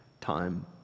time